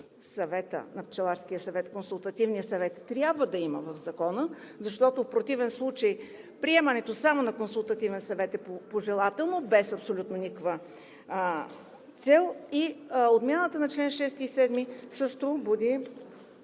функции на Пчеларския съвет и на Консултативния съвет трябва да ги има в Закона, защото в противен случай, приемането само на Консултативен съвет е пожелателно и без абсолютно никаква цел. Отмяната на чл. 6 и 7 също буди